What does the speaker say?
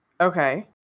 Okay